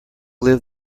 live